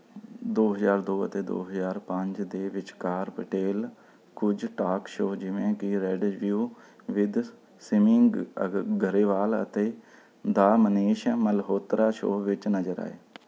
ਦੋ ਹਜ਼ਾਰ ਦੋ ਅਤੇ ਦੋ ਹਜ਼ਾਰ ਪੰਜ ਦੇ ਵਿਚਕਾਰ ਪਟੇਲ ਕੁਝ ਟਾਕ ਸ਼ੋਅ ਜਿਵੇਂ ਕਿ ਰੈਂਡੇਜ਼ਵੂ ਵਿਦ ਸਿਮੀ ਗਰੇਵਾਲ ਅਤੇ ਦਾ ਮਨੀਸ਼ ਮਲਹੋਤਰਾ ਸ਼ੋਅ ਵਿੱਚ ਨਜ਼ਰ ਆਏ